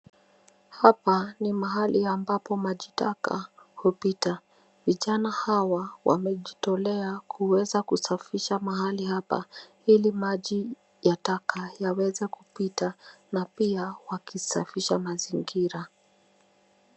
Hapa ni mahalia ambapo majitaka hupita. Vijana hawa wamejitolea kuweza kusafisha mahali hapa ili maji ya taka yaweze kupita na pia wakisafisha mazingira.